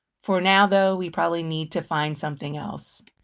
for now though, we probably need to find something else.